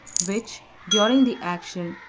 which, during the action,